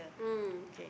mm